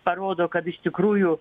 parodo kad iš tikrųjų